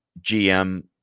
GM